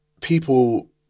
people